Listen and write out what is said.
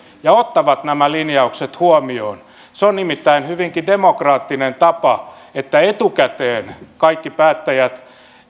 ja ottavat nämä linjaukset huomioon se on nimittäin hyvinkin demokraattinen tapa että etukäteen kaikki päättäjät